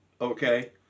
Okay